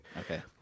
okay